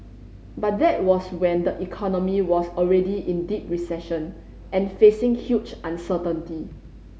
but that was when the economy was already in deep recession and facing huge uncertainty